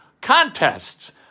Contests